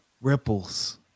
ripples